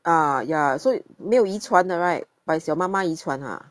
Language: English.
ah ya so 没有遗传的 right but it's your 妈妈遗传 ah